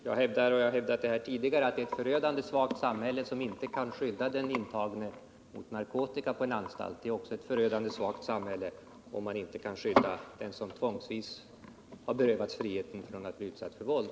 Jag hävdar, och jag har tidigare hävdat, att det är ett förödande svagt samhälle som inte kan skydda den intagne på anstalt mot narkotika, och det är också ett förödande svagt samhälle som inte kan skydda den som tvångsvis berövats friheten från att bli utsatt för våld.